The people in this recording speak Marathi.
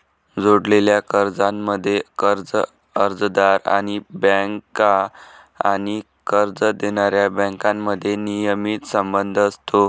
जोडलेल्या कर्जांमध्ये, कर्ज अर्जदार आणि बँका आणि कर्ज देणाऱ्या बँकांमध्ये नियमित संबंध असतो